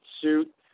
suit